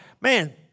man